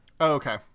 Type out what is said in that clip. Okay